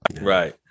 Right